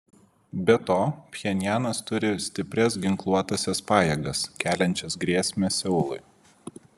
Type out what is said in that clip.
be to pchenjanas turi stiprias ginkluotąsias pajėgas keliančias grėsmę seului